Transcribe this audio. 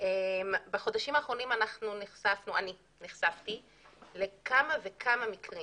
בחודשים האחרונים נחשפתי לכמה מקרים